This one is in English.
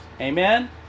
Amen